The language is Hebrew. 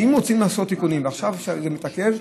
שאם צריכים לעשות תיקונים ועכשיו זה מתעכב,